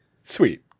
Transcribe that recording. Sweet